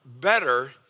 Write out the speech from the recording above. better